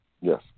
Yes